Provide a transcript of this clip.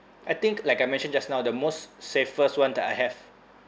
I think like I mentioned just now the most safest [one] that I have